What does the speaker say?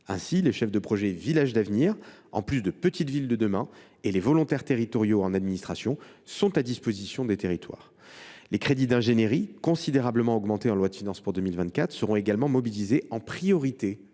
Ainsi, les chefs de projet Villages d’avenir, en plus de Petites Villes de demain, et les volontaires territoriaux en administration (VTA) sont à disposition des territoires. Les crédits d’ingénierie, considérablement augmentés dans la loi de finances pour 2024, seront également mobilisés en priorité